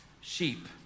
sheep